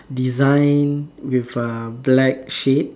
design with uh black shades